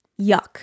Yuck